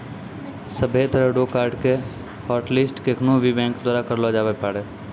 सभ्भे तरह रो कार्ड के हाटलिस्ट केखनू भी बैंक द्वारा करलो जाबै पारै